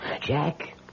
Jack